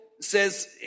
says